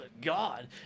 god